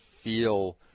feel